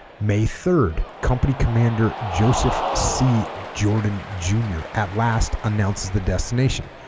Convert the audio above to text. may third company commander joseph c jordan jr at last announces the destination